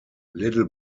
little